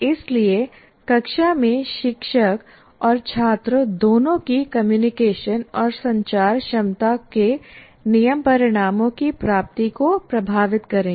इसलिए कक्षा में शिक्षक और छात्र दोनों की कम्युनिकेशन और संचार क्षमता के नियम परिणामों की प्राप्ति को प्रभावित करेंगे